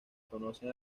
conocen